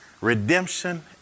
redemption